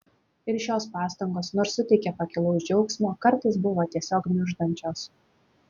ir šios pastangos nors suteikė pakilaus džiaugsmo kartais buvo tiesiog gniuždančios